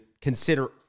consider